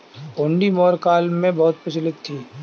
हुंडी मौर्य काल में बहुत प्रचलित थी